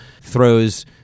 throws